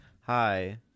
hi